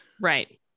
Right